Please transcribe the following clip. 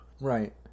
Right